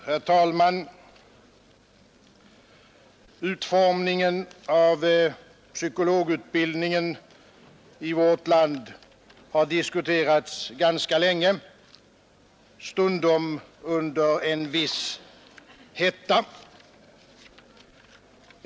Herr talman! Utformningen av psykologutbildningen i vårt land har diskuterats ganska länge, stundom med en viss hetta.